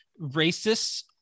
racists